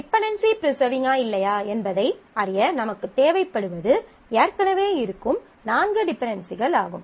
dependency ப்ரிசர்விங்கா இல்லையா என்பதை அறிய நமக்குத் தேவைப்படுவது ஏற்கனவே இருக்கும் நான்கு டிபென்டென்சிகள் ஆகும்